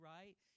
Right